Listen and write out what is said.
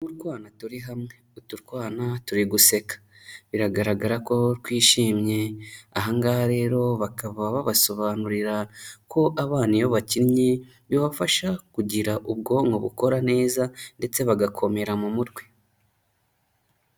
Utwana turi hamwe. Utu twana turi guseka. Biragaragara ko twishimye ahangaha rero bakaba babasobanurira ko abana iyo bakinnye, bibafasha kugira ubwonko bukora neza ndetse bagakomera mu mutwe.